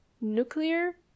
nuclear